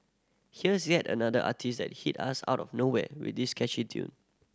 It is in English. here's yet another artiste that hit us out of nowhere with this catchy tune